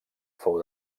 fou